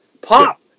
pop